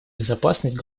безопасность